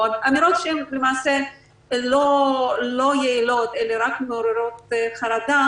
אמירות שהן למעשה לא יעילות אלא רק מעוררות חרדה